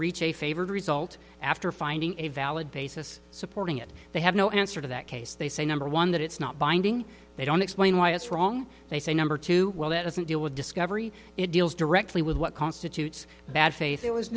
a favored result after finding a valid basis supporting it they have no answer to that case they say number one that it's not binding they don't explain why it's wrong they say number two well that doesn't deal with discovery it deals directly with what constitutes bad faith it was